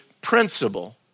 principle